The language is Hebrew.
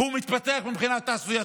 והוא מתפתח מבחינת תעשייה,